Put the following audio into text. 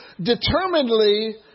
determinedly